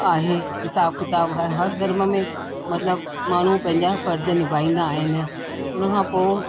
आहे हिसाबु किताबु हर धर्म में मतलबु माण्हू पंहिंजा फर्ज निभाईंदा आहिनि हुन खां पोइ